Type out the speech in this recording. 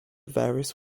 various